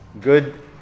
good